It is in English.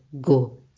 Go